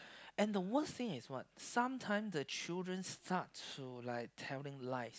and the worst thing is what sometime the children start to like telling lies